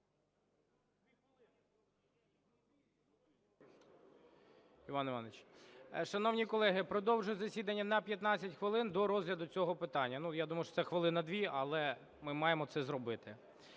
Іван Іванович! Шановні колеги, продовжую засідання на 15 хвилин, до розгляду цього питання. Я думав, що це хвилина-дві, але ми маємо це зробити.